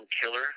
killer